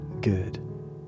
good